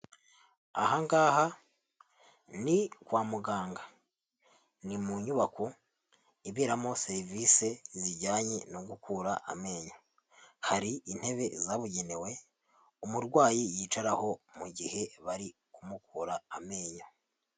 Aha ngaha ni kwa muganga. Ni mu nyubako iberamo serivisi zijyanye no gukura amenyo. Hari intebe zabugenewe umurwayi yicaraho mu gihe bari kumukura amenyo.